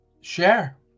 share